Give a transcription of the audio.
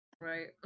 Right